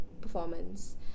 performance